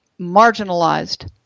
marginalized